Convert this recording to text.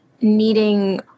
needing